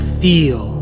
feel